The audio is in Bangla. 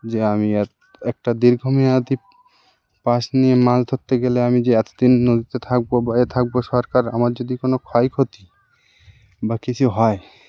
যে আমি একটা দীর্ঘমেয়াদী পাস নিয়ে মাছ ধরতে গেলে আমি যে এতদিন নদীতে থাকব বা এ থাকব সরকার আমার যদি কোনো ক্ষয়ক্ষতি বা কিছু হয়